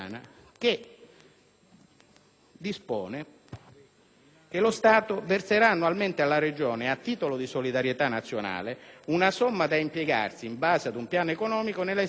al comma 1 dispone: «Lo Stato verserà annualmente alla Regione, a titolo di solidarietà nazionale, una somma da impiegarsi in base ad un piano economico, nella esecuzione di lavori pubblici»